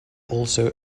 also